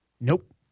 Nope